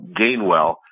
Gainwell